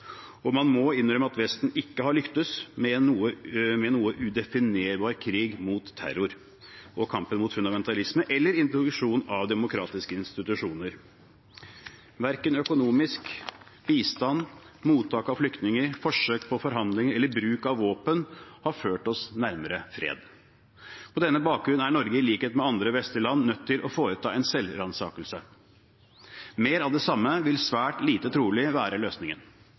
og man må innrømme at Vesten ikke har lyktes med en noe udefinerbar krig mot terror, kamp mot fundamentalisme eller introduksjon av demokratiske institusjoner. Verken økonomisk bistand, mottak av flyktninger, forsøk på forhandlinger eller bruk av våpen har ført oss nærmere fred. På denne bakgrunn er Norge, i likhet med andre vestlige land, nødt til å foreta en selvransakelse. Mer av det samme vil svært lite trolig være løsningen.